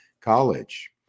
College